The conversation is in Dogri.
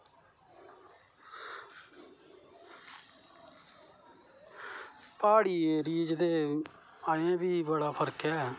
प्हाड़ी एरिये च ते अजै बी बड़ा फर्क ऐ